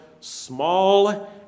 small